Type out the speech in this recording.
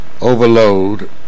overload